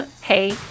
Hey